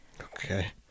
Okay